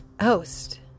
host